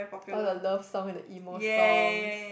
all the love song and the emo songs